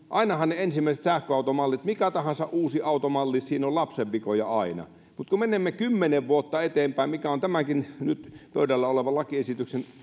ainahan niissä ensimmäisissä sähköautomalleissa missä tahansa uudessa automallissa on lapsenvikoja mutta kun menemme kymmenen vuotta eteenpäin tämänkin nyt pöydällä olevan lakiesityksen